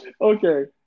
Okay